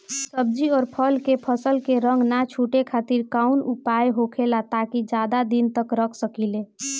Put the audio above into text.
सब्जी और फल के फसल के रंग न छुटे खातिर काउन उपाय होखेला ताकि ज्यादा दिन तक रख सकिले?